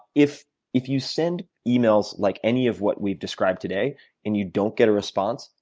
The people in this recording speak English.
if if you send emails like any of what we've described today and you don't get a response,